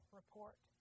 report